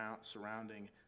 surrounding